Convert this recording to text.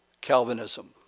Calvinism